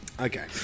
okay